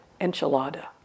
enchilada